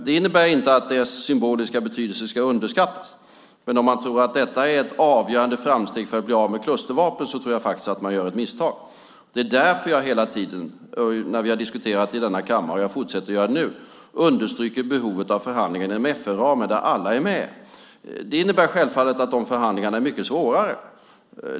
Det innebär inte att dess symboliska betydelse ska underskattas, men om man tror att det är ett avgörande framsteg för att bli av med klustervapen tror jag faktiskt att man gör ett misstag. Det är därför jag hela tiden när vi diskuterar detta i denna kammare understryker - och fortsätter att göra det nu - behovet av förhandlingar inom FN-ramen, där alla är med. Det innebär självfallet att de förhandlingarna är mycket svårare.